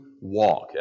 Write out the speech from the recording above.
walk